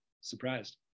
surprised